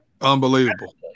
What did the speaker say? Unbelievable